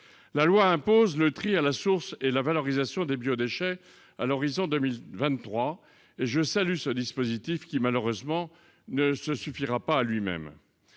la loi impose le tri à la source et la valorisation des biodéchets à l'horizon 2023 je salue ce dispositif, qui malheureusement ne se suffira pas lui-même